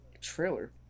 trailer